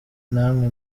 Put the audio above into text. namwe